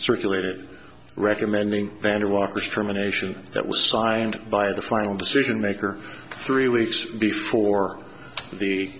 circulated recommending banner walker's determination that was signed by the final decision maker three weeks before the